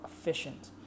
efficient